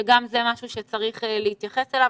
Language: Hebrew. שגם זה משהו שצריך להתייחס אליו.